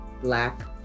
black